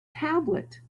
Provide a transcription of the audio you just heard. tablet